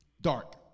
Dark